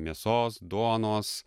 mėsos duonos